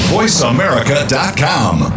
VoiceAmerica.com